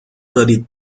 دارین